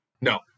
No